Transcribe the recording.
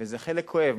זה חלק כואב.